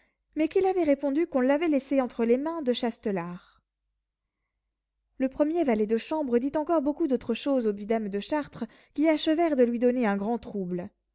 mais qu'il avait répondu qu'il l'avait laissée entre les mains de châtelart le premier valet de chambre dit encore beaucoup d'autres choses au vidame de chartres qui achevèrent de lui donner un grand trouble